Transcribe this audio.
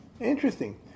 Interesting